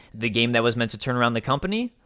the game that was meant to turn around the company?